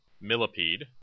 Millipede